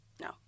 No